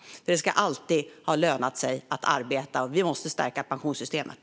Det ska alltid ha lönat sig att arbeta. Vi måste därför stärka pensionssystemet.